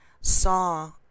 saw